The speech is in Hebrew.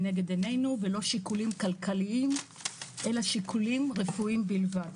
לנגד עינינו ולא שיקולים כלכליים אלא שיקולים רפואיים בלבד.